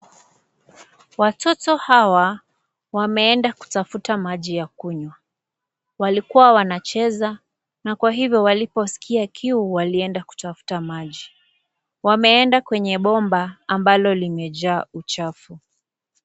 Watoto hawa wameenda kutafuta maji ya kunywa. Walikuwa wanacheza na kwa hivyo waliposikia kiu walienda kutafuta maji. Wameenda kwenye bomba ambalo limejaa uchafu.